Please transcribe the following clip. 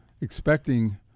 expecting